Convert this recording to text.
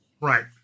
Right